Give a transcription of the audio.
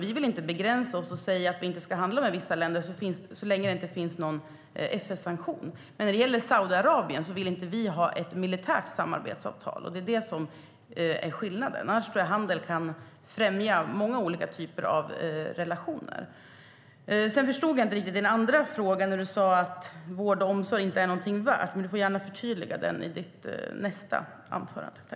Vi vill inte begränsa oss och säga att vi inte ska handla med vissa länder, så länge det inte finns någon FN-sanktion.Jag förstod inte riktigt Penilla Gunthers andra fråga om att vård och omsorg inte är någonting värt. Hon får gärna förtydliga den i nästa inlägg.